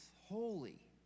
holy